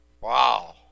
Wow